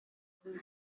imbere